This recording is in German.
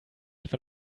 etwa